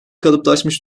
kalıplaşmış